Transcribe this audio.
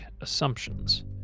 assumptions